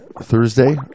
Thursday